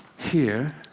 here